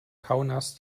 kaunas